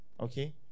Okay